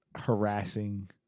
harassing